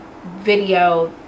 video